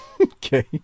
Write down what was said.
Okay